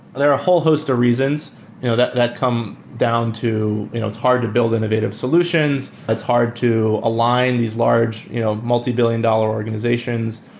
there are a whole host of reasons you know that that come down to you know it's hard to build innovative solutions. it's hard to align these large-scale you know multibillion-dollar organizations,